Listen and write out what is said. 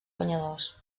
guanyadors